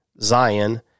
Zion